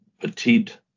petite